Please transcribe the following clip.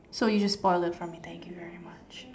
so you just spoil it for me thank you very much